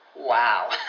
Wow